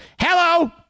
hello